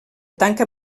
tanca